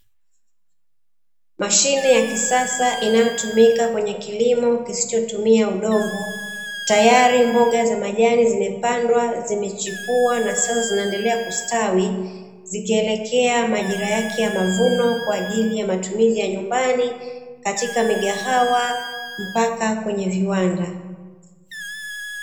Mashine ya kisasa inayotumika kwenye kilimo kisichotumia udongo, tayari mboga za majani zimepandwa zimechipua na sasa zinaendelea kustawi, zikielekea majira yake ya mavuno kwa ajili ya matumizi yake ya nyumbani, katika migahawa mpaka kwenye viwanda.